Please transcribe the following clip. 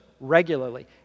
regularly